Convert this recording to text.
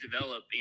develop